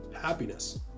happiness